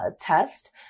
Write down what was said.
test